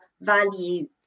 value